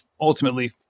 ultimately